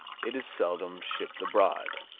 it is seldom shipped abroad.